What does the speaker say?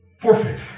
forfeit